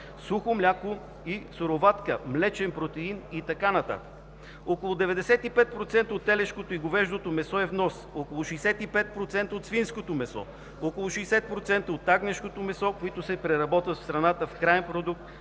сухо мляко и суроватка, млечен протеин и така нататък. Около 95% от телешкото и говеждото месо е внос, около 65% от свинското месо, около 60% от агнешкото месо, които се преработват в страната в краен продукт,